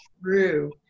true